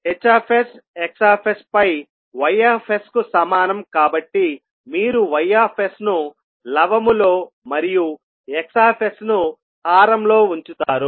ఇప్పుడు H X పై Y కు సమానం కాబట్టిమీరు Y ను లవము లో మరియు X ను హారం లో ఉంచుతారు